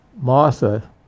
Martha